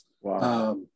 Wow